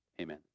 Amen